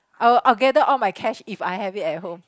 I'll I will I gather all my cash if I have it at home